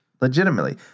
legitimately